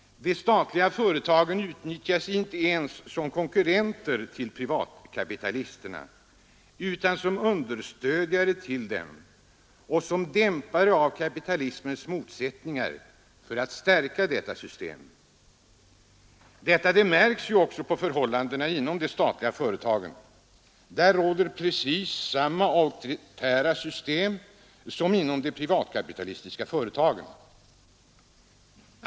De statliga företagen utnyttjas inte ens som konkurrenter till privatkapitaliserna utan som understödjare av dem och som dämpare av kapitalismens motsättningar för att stärka detta system. Detta märks även på förhållandena inom de statliga företagen. Där råder precis samma auktoritära system som inom de privatkapitalistiska företagen.